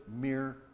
mere